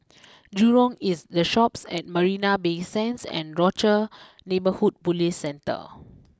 Jurong East the Shoppes at Marina Bay Sands and Rochor neighborhood police Centre